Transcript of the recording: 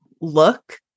look